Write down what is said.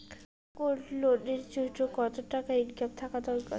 Gold loan এর জইন্যে কতো টাকা ইনকাম থাকা দরকার?